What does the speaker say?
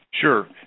Sure